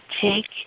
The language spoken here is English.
take